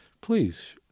please